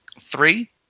three